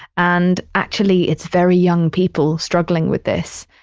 and actually, it's very young people struggling with this.